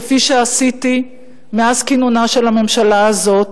כפי שעשיתי מאז כינונה של הממשלה הזאת: